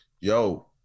yo